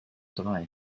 drei